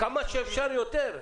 כמה שאפשר יותר.